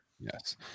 Yes